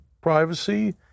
privacy